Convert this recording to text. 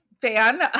fan